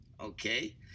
okay